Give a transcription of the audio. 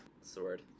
sword